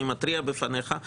אני מתריע בפניך.